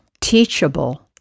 teachable